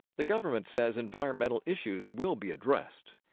the government says environmental issues will be addressed.